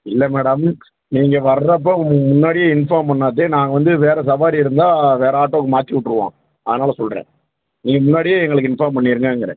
இல்லை மேடம் நீங்கள் வர்றப்போ மு முன்னாடியே இன்ஃபார்ம் பண்ணால்தேன் நாங்கள் வந்து வேறு சவாரி இருந்தால் வேறு ஆட்டோவுக்கு மாற்றி விட்ருவோம் அதனால் சொல்கிறேன் நீங்கள் முன்னாடியே எங்களுக்கு இன்ஃபார்ம் பண்ணிடுங்கங்கிறேன்